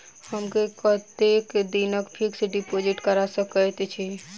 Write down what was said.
हम कतेक दिनक फिक्स्ड डिपोजिट करा सकैत छी?